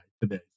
today